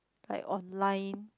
like online